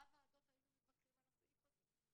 בוועדות היינו מתווכחים על הסעיף הזה.